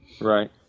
Right